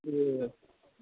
ए